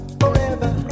forever